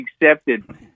accepted